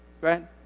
Right